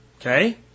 okay